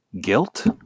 guilt